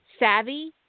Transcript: savvy